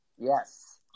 Yes